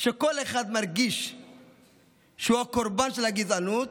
שכל אחד מרגיש שהוא הקורבן של הגזענות,